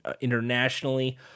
internationally